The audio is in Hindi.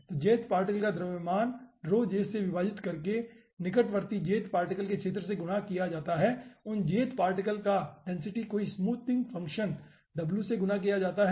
तो jth पार्टिकल का द्रव्यमान से विभाजित करके निकटवर्ती jth पार्टिकल्स के क्षेत्र से गुणा किया जाता है उन jth पार्टिकल्स का डेंसिटी कोई स्मूथिंग फ़ंक्शन W से गुणा किया जाता है